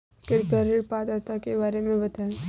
कृपया ऋण पात्रता के बारे में बताएँ?